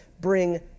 bring